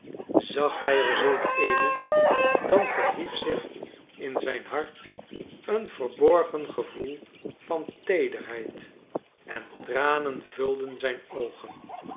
zag hij er zulk eene dan verhief zich in zijn hart een verborgen gevoel van teederheid en tranen vulden zijn oogen